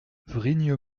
vrigne